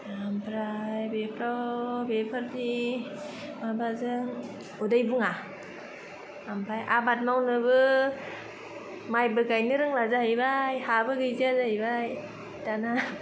ओमफ्राय बेफ्राव बेफोरनि माबाजों उदै बुङा ओमफ्राय आबाद मावनोबो मायबो गायनो रोंला जाहैबाय हाबो गैजाया जाहैबाय दाना